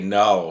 no